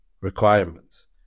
requirements